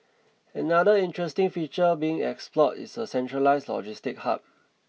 another interesting feature being explored is a centralised logistics hub